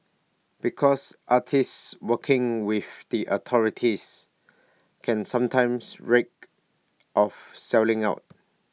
because artists working with the authorities can sometimes reek of selling out